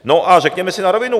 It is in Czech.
No a řekněme si na rovinu.